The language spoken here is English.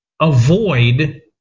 avoid